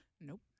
Nope